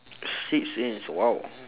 six inch !wow!